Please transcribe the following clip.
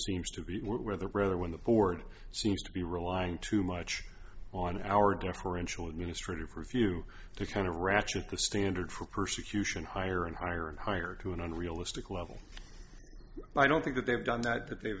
seems to be whether brother when the board seems to be relying too much on our deferential administrative review to kind of ratchet the standard for persecution higher and higher and higher to an unrealistic level i don't think that they've done that that they